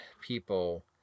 people